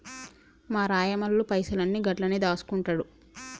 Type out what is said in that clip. మా రాయమల్లు పైసలన్ని గండ్లనే దాస్కుంటండు